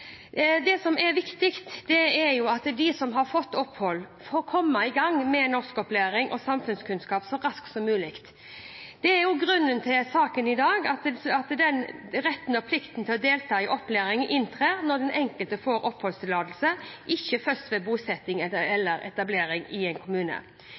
Det som er viktig, er at de som har fått opphold, får komme i gang med norskopplæring og samfunnskunnskap så raskt som mulig. Det er grunnen til saken vi behandler i dag, at den retten og plikten til å delta i opplæring inntrer når den enkelte får oppholdstillatelse, ikke først ved bosetting eller etablering i en kommune.